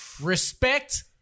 Respect